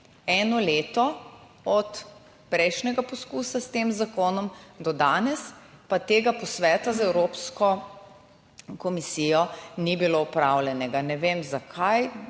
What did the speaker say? Eno leto od prejšnjega poskusa s tem zakonom do danes pa tega posveta z Evropsko komisijo ni bilo opravljenega. Ne vem, zakaj,